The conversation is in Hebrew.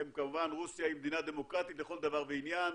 כמובן רוסיה היא מדינה דמוקרטית לכל דבר ועניין,